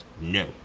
no